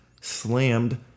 slammed